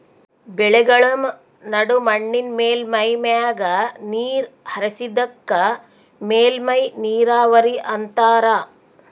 ಬೆಳೆಗಳ್ಮ ನಡು ಮಣ್ಣಿನ್ ಮೇಲ್ಮೈ ಮ್ಯಾಗ ನೀರ್ ಹರಿಸದಕ್ಕ ಮೇಲ್ಮೈ ನೀರಾವರಿ ಅಂತಾರಾ